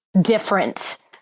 different